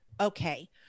Okay